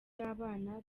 y’abana